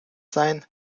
sein